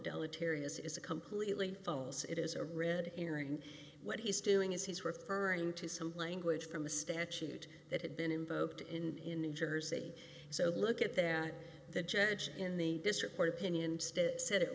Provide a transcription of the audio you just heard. deleterious is a completely false it is a red herring what he's doing is he's referring to some language from the statute that had been invoked in jersey so look at that the judge in the district court opinion said it